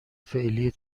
فعلی